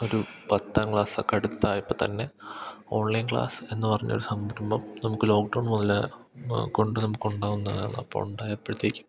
ഒരു പത്താം ക്ലാസ്സൊക്കെ അടുത്തായപ്പോള്ത്തന്നെ ഓൺലൈൻ ക്ലാസ് എന്നു പറഞ്ഞൊരു സംരംഭം നമുക്ക് ലോക്ക്ഡൗൺ മുതല് കൊണ്ട് നമുക്ക് ഉണ്ടാവുന്നതാണ് അപ്പോള് ഉണ്ടായപ്പോഴത്തേക്കും